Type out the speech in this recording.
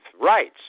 rights